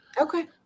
Okay